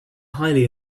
highly